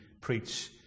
preach